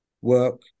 Work